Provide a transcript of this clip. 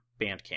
Bandcamp